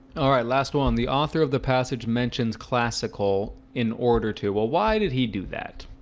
all right last one the author of the passage mentions classical in order to well. why did he do that?